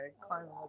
climbing